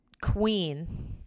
queen